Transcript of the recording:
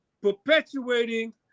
perpetuating